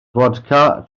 fodca